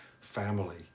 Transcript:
family